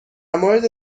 مورد